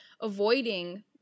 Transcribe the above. avoiding